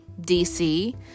DC